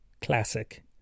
Classic